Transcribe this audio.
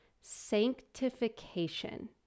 Sanctification